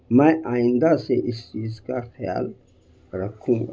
میں آئندہ سے اس چیز کا خیال رکھوں گا